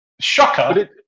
Shocker